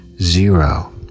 Zero